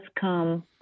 come